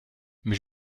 mais